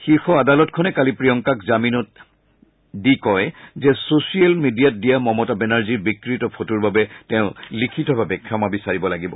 শীৰ্ষ আদালতখনে কালি প্ৰিয়ংকাক জামিনত দি কয় যে চোছিয়েল মেডিয়াত দিয়া মমতা বেনাৰ্জীৰ বিকৃত ফটোৰ বাবে তেওঁ লিখিতভাবে ক্ষমা বিচাৰিব লাগিব